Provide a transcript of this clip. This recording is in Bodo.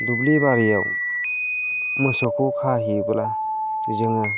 दुब्लि बारियाव मोसौखौ खाहैयोब्ला जोङो